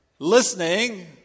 Listening